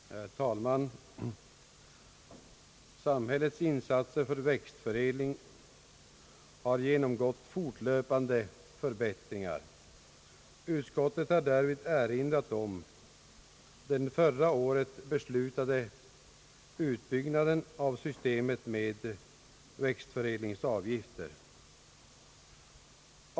Herr talman! Samhällets insatser för växtförädling har genomgått fortlöpande förbättringar. Utskottet har därvid erinrat om den förra året beslutade utbyggnaden av systemet med växtförädlingsavgifter.